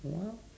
ya